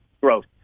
growth